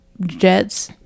jets